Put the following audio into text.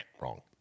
Wrong